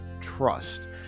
trust